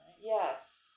Yes